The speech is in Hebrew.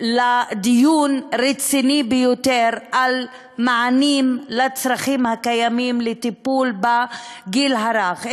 לדיון רציני ביותר על מענה לצרכים הקיימים לטיפול בגיל הרך,